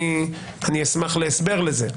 אני אשמח להסבר לזה.